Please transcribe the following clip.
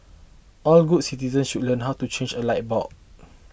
all good citizen should learn how to change a light bulb